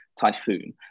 Typhoon